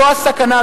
זו הסכנה,